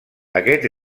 aquest